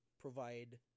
provide